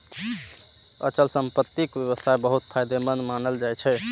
अचल संपत्तिक व्यवसाय बहुत फायदेमंद मानल जाइ छै